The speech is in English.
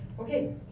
Okay